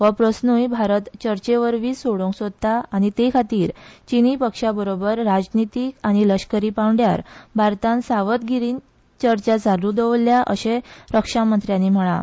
हो प्रस्नूय भारत चर्चेवरवीच सोडोवंक सोदता आनी ते खातीर चीनी पक्षा बरोबर राजनितीक आनी ला केकरी पांवडयार भारतान सावधगिरीन चर्चा चालु दवरल्या अशेंय रक्षामंत्र्यानी म्हळा